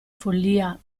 follia